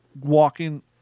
walking